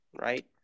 right